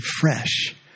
fresh